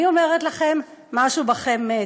אני אומרת לכם, משהו בכם מת.